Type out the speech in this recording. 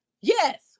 yes